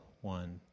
one